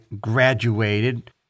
graduated